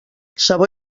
sabó